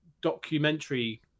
documentary